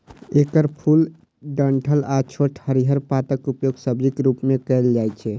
एकर फूल, डंठल आ छोट हरियर पातक उपयोग सब्जीक रूप मे कैल जाइ छै